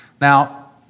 Now